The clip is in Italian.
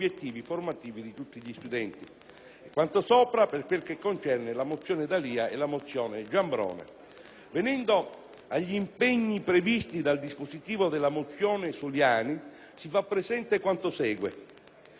Quanto sopra per quel che concerne la mozione D'Alia e la mozione Giambrone. Venendo agli impegni previsti dal dispositivo della mozione Soliani, si fa presente quanto segue.